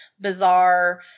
bizarre